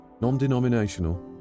non-denominational